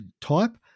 type